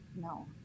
No